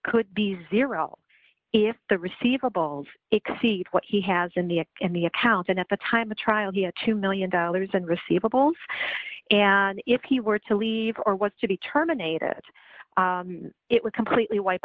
could be zero if the receivables exceed what he has in the in the account and at the time of trial via two million dollars and receivables and if he were to leave or was to be terminated it would completely wipe